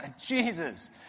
Jesus